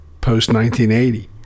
post-1980